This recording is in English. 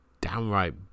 downright